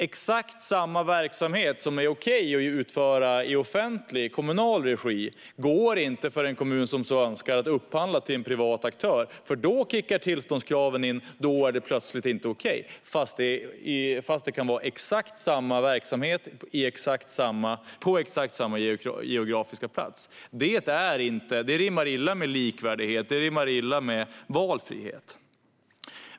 Exakt samma verksamhet som är okej att utföra i offentlig kommunal regi går inte för en kommun som så önskar att upphandla till en privat aktör, för då kickar tillståndskraven in och då är det plötsligt inte okej fast det kan handla om exakt samma verksamhet på exakt samma geografiska plats. Det rimmar illa med likvärdighet och valfrihet.